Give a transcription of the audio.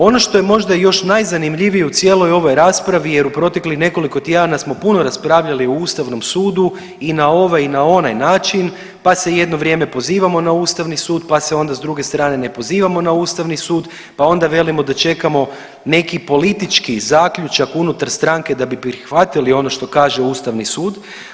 Ono što je možda još najzanimljivije u cijeloj ovoj raspravi jer u proteklih nekoliko tjedana smo puno raspravljali o Ustavnom sudu i na ovaj i na onaj način pa se jedno vrijeme pozivamo na Ustavni sud, pa se onda s druge strane ne pozivamo na Ustavni sud, pa onda velimo da čekamo neki politički zaključak unutar stranke da bi prihvatili ono što kaže Ustavni sud.